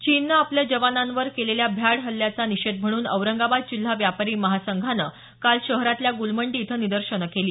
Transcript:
चीनने आपल्या जवानांवर केलेल्या भ्याड हल्ल्याचा निषेध म्हणून औरंगाबाद जिल्हा व्यापारी महासंघानं काल शहरातल्या गुलमंडी इथं निदर्शने केली